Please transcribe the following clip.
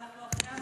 תודה, אדוני.